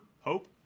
hope